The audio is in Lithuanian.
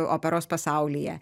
operos pasaulyje